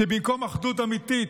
שבמקום אחדות אמיתית,